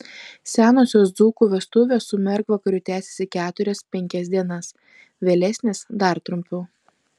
senosios dzūkų vestuvės su mergvakariu tęsėsi keturias penkias dienas vėlesnės dar trumpiau